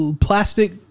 plastic